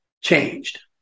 changed